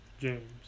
James